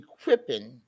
equipping